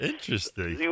Interesting